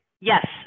Yes